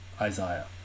Isaiah